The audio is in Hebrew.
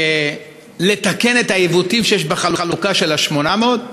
לתקן את העיוותים שיש בחלוקה של ה-800?